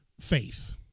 faith